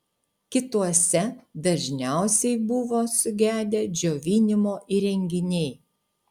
kituose dažniausiai buvo sugedę džiovinimo įrenginiai